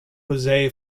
jose